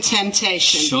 temptation